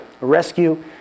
Rescue